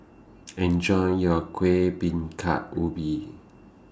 Enjoy your Kueh Bingka Ubi